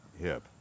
hip